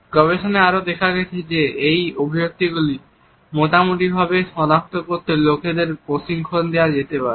গবেষণায় আরও দেখা গেছে যে এই অভিব্যক্তিগুলি মোটামুটিভাবে সনাক্ত করতে লোকদের প্রশিক্ষণ দেওয়া যেতে পারে